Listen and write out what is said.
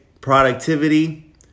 productivity